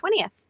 20th